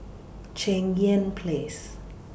Cheng Yan Place